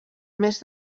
més